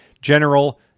General